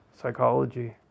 psychology